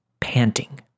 panting